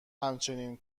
همچین